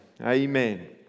Amen